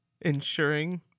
ensuring